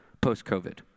post-COVID